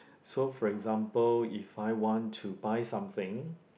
so for example if I want to buy something